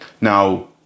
Now